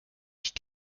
nicht